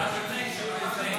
שבת לפני.